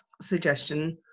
suggestion